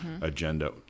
agenda